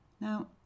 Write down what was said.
Now